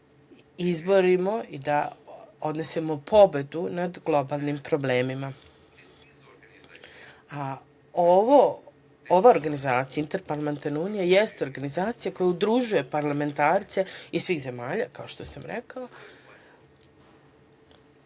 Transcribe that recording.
se izborimo i da odnesemo pobedu nad globalnim problemima. Interparlamentarna unija je organizacija koja udružuje parlamentarce iz svih zemalja, kao što sam rekao.